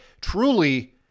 truly